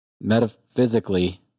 metaphysically